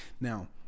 now